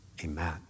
amen